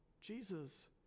Jesus